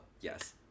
yes